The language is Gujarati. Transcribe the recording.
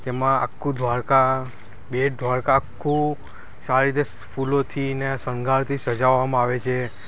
જેમાં આખું દ્વારકા બેટ દ્વારકા આખું સારી રીતે ફૂલોથી ને શણગારથી સજાવવામાં આવે છે